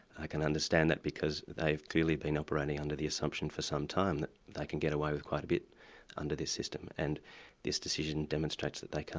i can understand that because they've clearly been operating under the assumption for some time that they can get away with quite a bit under this system. and this decision demonstrates that they can't.